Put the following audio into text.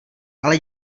ale